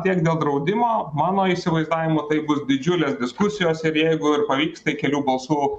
tiek dėl draudimo mano įsivaizdavimu tai bus didžiulės diskusijos ir jeigu ir pavyksta kelių balsų